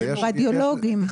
רדיולוגים,